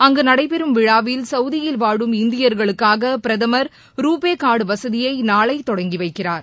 அங்கு நடைபெறும் விழாவில் சவுதியில் வாழும் இந்தியர்களுக்காக பிரதமர் ரூபே கார்டு வசதியை நாளை தொடங்கிவைக்கிறார்